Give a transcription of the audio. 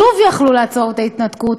שוב יכלו לעצור את ההתנתקות.